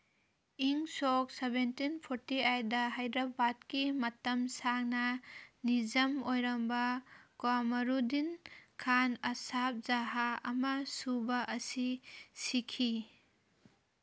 ꯏꯪ ꯁꯣꯛ seventeen forty ꯑꯥꯏꯠꯗ ꯍꯥꯏꯗ꯭ꯔꯕꯥꯠꯀꯤ ꯃꯇꯝ ꯁꯥꯡꯅ ꯅꯤꯖꯝ ꯑꯣꯏꯔꯝꯕ ꯀ꯭ꯋꯥꯃꯔꯨꯗꯤꯟ ꯈꯥꯟ ꯑꯁꯥꯐ ꯖꯍꯥ ꯑꯃ ꯁꯨꯕ ꯑꯁꯤ ꯁꯤꯈꯤ